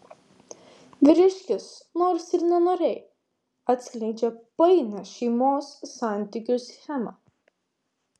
vyriškis nors ir nenoriai atskleidžia painią šeimos santykių schemą